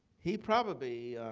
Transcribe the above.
he probably